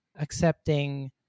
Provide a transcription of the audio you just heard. accepting